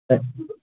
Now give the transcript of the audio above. اَچھ